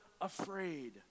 afraid